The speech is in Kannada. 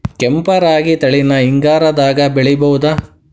ಕೆಂಪ ರಾಗಿ ತಳಿನ ಹಿಂಗಾರದಾಗ ಬೆಳಿಬಹುದ?